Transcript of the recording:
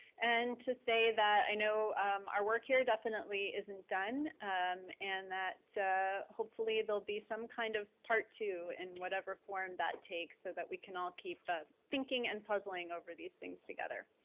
and to say that i know our work here definitely isn't done and that hopefully, there'll be some kind of part two in whatever form that takes so that we can all keep ah thinking and puzzling over these things together.